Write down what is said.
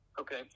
Okay